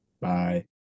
Bye